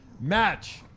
match